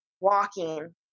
walking